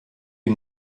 die